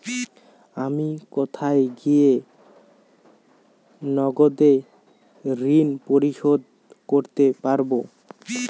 আমি কোথায় গিয়ে নগদে ঋন পরিশোধ করতে পারবো?